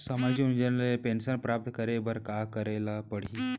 सामाजिक योजना ले पेंशन प्राप्त करे बर का का करे ल पड़ही?